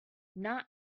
not